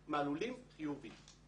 אחוזים מהלולים חיובי,